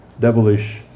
devilish